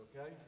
okay